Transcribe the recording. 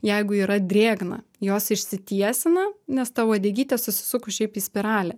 jeigu yra drėgna jos išsitiesina nes ta uodegytė susisukus šiaip į spiralę